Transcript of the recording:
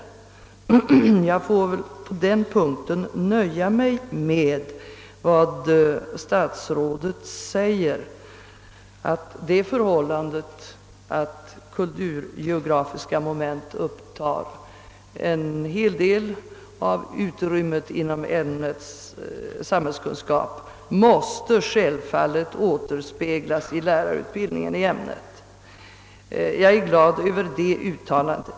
Jag får på den punkten nöja mig med vad statsrådet sade nämligen att det förhållandet att kulturgeografiska moment upptar en del av utrymmet inom ämnet samhällskunskap självfallet måste återspeglas i lärarutbildningen. Jag är glad över det uttalandet.